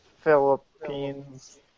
Philippines